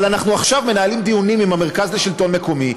אבל אנחנו עכשיו מנהלים דיונים עם המרכז לשלטון מקומי,